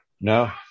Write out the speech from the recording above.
No